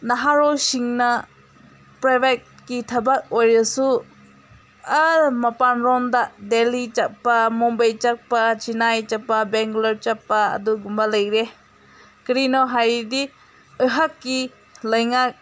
ꯅꯍꯥꯔꯣꯜꯁꯤꯡꯅ ꯄ꯭ꯔꯥꯏꯕꯦꯠꯀꯤ ꯊꯕꯛ ꯑꯣꯏꯔꯁꯨ ꯑꯥ ꯃꯄꯥꯟꯔꯣꯝꯗ ꯗꯦꯜꯂꯤ ꯆꯠꯄ ꯃꯨꯝꯕꯥꯏ ꯆꯠꯄ ꯆꯤꯅꯥꯏ ꯆꯠꯄ ꯕꯦꯟꯒꯂꯣꯔ ꯆꯠꯄ ꯑꯗꯨꯒꯨꯝꯕ ꯂꯩꯔꯦ ꯀꯔꯤꯅꯣ ꯍꯥꯏꯔꯗꯤ ꯑꯩꯍꯥꯛꯀꯤ ꯂꯩꯉꯥꯛ